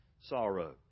sorrow